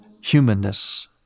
humanness